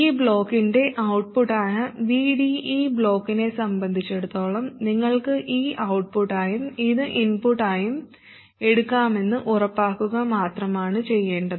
ഈ ബ്ലോക്കിന്റെ ഔട്ട്പുട്ടായ Vd ഈ ബ്ലോക്കിനെ സംബന്ധിച്ചിടത്തോളം നിങ്ങൾക്ക് ഇത് ഔട്ട്പുട്ടായും ഇത് ഇൻപുട്ടായും എടുക്കാമെന്ന് ഉറപ്പാക്കുക മാത്രമാണ് ചെയ്യേണ്ടത്